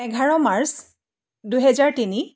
এঘাৰ মাৰ্চ দুহেজাৰ তিনি